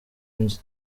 inzu